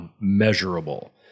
measurable